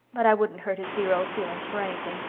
but i wouldn't hurt his dear old feelings for anything,